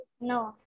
No